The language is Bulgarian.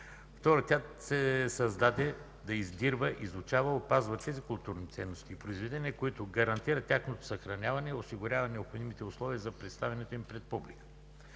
Второ, тя се създаде да издирва, изучава и опазва тези културни ценности и произведения, като гарантира тяхното съхраняване и осигурява необходимите условия за представянето им пред публика.